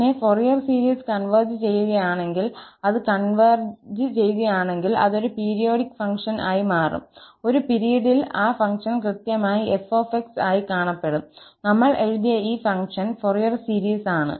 പിന്നെ Fourier series converge ചെയ്യുകയാണെങ്കിൽ അത് കൺവെർജ് ചെയ്യുകയാണെങ്കിൽ അത് ഒരു പീരിയോഡിക് ഫംഗ്ഷൻ ആയി മാറും ഒരു പിരീഡിൽ ആ ഫംഗ്ഷൻ കൃത്യമായി 𝑓𝑥 ആയി കാണപ്പെടും നമ്മൾ എഴുതിയ ഈ ഫംഗ്ഷൻ ഫൊറിയർ സീരീസ് ആണ്